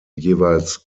jeweils